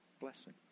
blessing